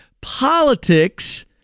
politics